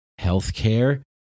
healthcare